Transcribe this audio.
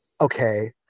Okay